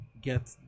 get